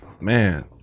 Man